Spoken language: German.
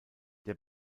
der